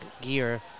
gear